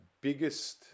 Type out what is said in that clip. biggest